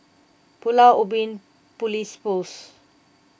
Pulau Ubin Police Post